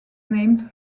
named